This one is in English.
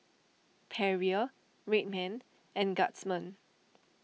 Perrier Red Man and Guardsman